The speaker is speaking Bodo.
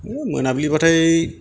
ओइ मोनाबिलिब्लाथाय